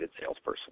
salesperson